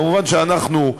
מובן שאנחנו,